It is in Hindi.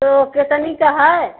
तो कितनी का है